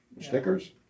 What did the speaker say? Stickers